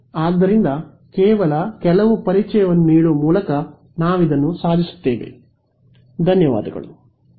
ಆದ್ದರಿಂದ ಕೇವಲ ಕೆಲವು ಪರಿಚಯವನ್ನು ನೀಡುವ ಮೂಲಕ ನಾವಿದನ್ನು ಸಾಧಿಸುತ್ತೇವೆ